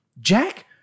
jack